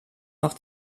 noch